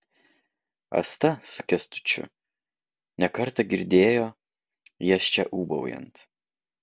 asta su kęstučiu ne kartą girdėjo jas čia ūbaujant